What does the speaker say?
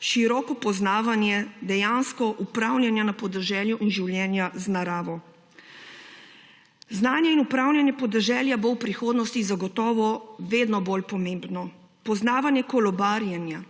široko poznavanje dejansko upravljanja na podeželju in življenja z naravo. Znanje in upravljanje podeželja bo v prihodnosti zagotovo vedno bolj pomembno. Poznavanje kolobarjenja,